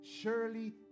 Surely